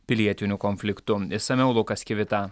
pilietiniu konfliktu išsamiau lukas kivita